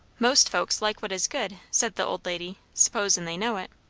most folks like what is good, said the old lady suppos'n they know it.